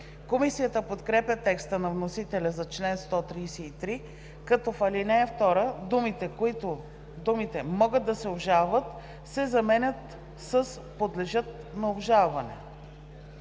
Комисията подкрепя текста на вносителя за чл. 133, като в ал. 2 думите „могат да се обжалват“ се заменят с „подлежат на обжалване“.